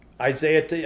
Isaiah